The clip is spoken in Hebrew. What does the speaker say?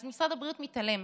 אז משרד הבריאות מתעלם.